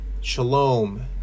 shalom